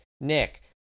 nick